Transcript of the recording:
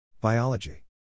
Biology